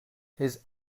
his